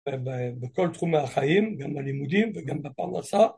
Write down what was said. ‫בכל תחומי החיים, ‫גם בלימודים וגם בפרנסה.